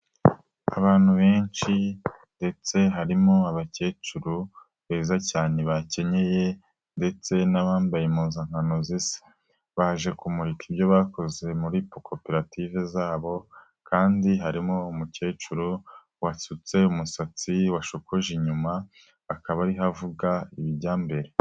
Abantu benshi ndetse harimo abakecuru beza cyane bakenyeye, ndetse n'abambaye impuzankano baje kumurika ibyo bakoze muri koperative zabo, kandi harimo umukecuru wasutse umusatsi, washokoje inyuma akaba ari havuga ibijya mbere.